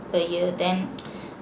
per year then